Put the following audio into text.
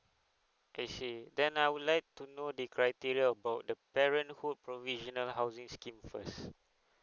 I see then I would like to know the criteria about the parenthood provisional housing scheme first